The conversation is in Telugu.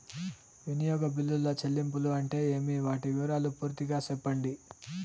వినియోగ బిల్లుల చెల్లింపులు అంటే ఏమి? వాటి వివరాలు పూర్తిగా సెప్పండి?